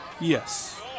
Yes